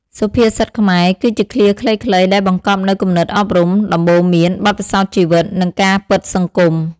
សុភាសិតខ្មែរ គឺជាឃ្លាខ្លីៗដែលបង្កប់នូវគំនិតអប់រំ ដំបូន្មាន បទពិសោធន៍ជីវិត និងការពិតសង្គម។